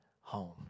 home